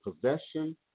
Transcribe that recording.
possession